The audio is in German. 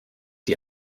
die